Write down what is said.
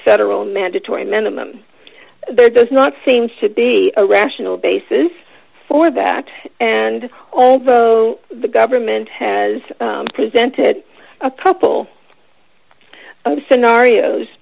federal mandatory minimum there does not seem to be a rational basis for that and although the government has presented a couple of scenarios